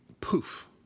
poof